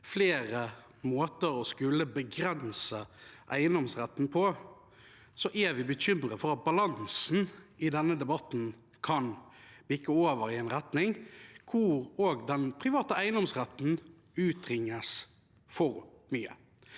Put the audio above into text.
flere måter å skulle begrense eiendomsretten på, er at balansen i denne debatten kan bikke over i en retning hvor også den private eiendomsretten utringes for mye.